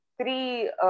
Three